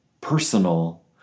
personal